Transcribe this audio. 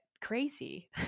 crazy